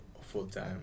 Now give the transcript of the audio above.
full-time